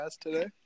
today